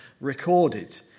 recorded